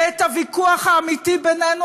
ואת הוויכוח האמיתי בינינו,